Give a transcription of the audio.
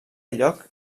lloc